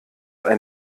ein